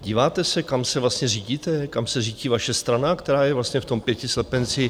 Díváte se, kam se vlastně řídíte, kam se řítí vaše strana, která je vlastně v tom pěti slepenci?